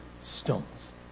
stones